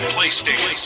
PlayStation